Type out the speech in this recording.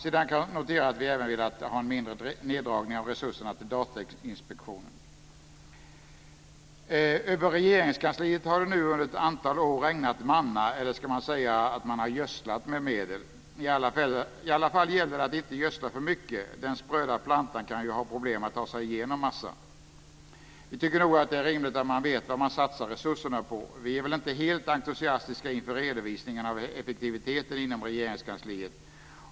Sedan kan jag notera att vi även hade velat ha en mindre neddragning av resurserna till Över Regeringskansliet har det nu under ett antal år regnat manna, eller ska man säga att man har gödslat med medel? I alla fall gäller det att inte gödsla för mycket. Den spröda plantan kan ju ha problem att ta sig genom massan. Vi tycker nog att det är rimligt att man vet vad man satsar resurserna på. Vi är väl inte helt entusiastiska inför redovisningen av effektiviteten inom Regeringskansliet.